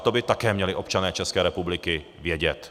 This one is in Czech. To by také měli občané České republiky vědět.